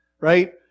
right